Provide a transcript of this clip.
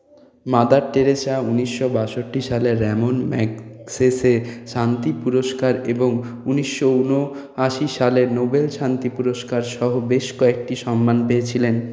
mother Teresa ঊনিশো বাষট্টি সালে র্যামন ম্যাগসেসে শান্তি পুরস্কার এবং ঊনিশো ঊনআশি সালে নোবেল শান্তি পুরস্কার সহ বেশ কয়েকটি সম্মান পেয়েছিলেন